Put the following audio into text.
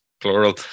plural